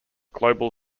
global